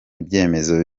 ibyemezo